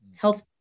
Health